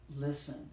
listen